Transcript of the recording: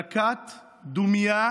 דקת דומייה